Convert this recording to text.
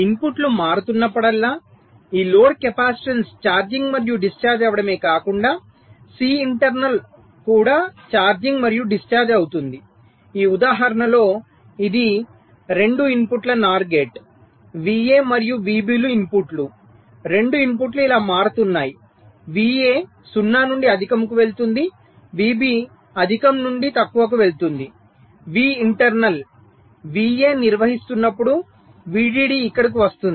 ఇన్పుట్లు మారుతున్నప్పుడల్లా ఈ లోడ్ కెపాసిటెన్స్ ఛార్జింగ్ మరియు డిశ్చార్జ్ అవడమే కాకుండా సి ఇంటర్నల్ కూడా ఛార్జింగ్ మరియు డిశ్చార్జ్ అవుతుంది ఈ ఉదాహరణ లో ఇది 2 ఇన్పుట్ NOR గేట్ VA మరియు VB లు ఇన్పుట్ లు 2 ఇన్పుట్లు ఇలా మారుతున్నాయి VA 0 నుండి అధికంకు వెళుతుంది VB అధిక నుండి తక్కువకు వెళుతుంది Vinternal VA నిర్వహిస్తున్నప్పుడు VDD ఇక్కడకు వస్తుంది